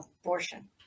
abortion